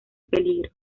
peligro